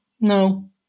No